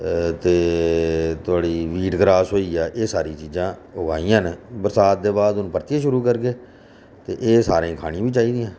ते थुआढ़ी wheat grass होई गेआ एह् सारियां चीजां उगाइयां न बरसांत दे बाद हून परतियै शुरू करगे ते एह् सारें गी खाने बी चाहिदियां